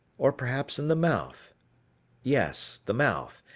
or perhaps in the mouth yes the mouth,